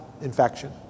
infection